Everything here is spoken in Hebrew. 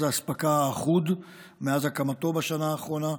האספקה האחוד מאז הקמתו בשנה האחרונה,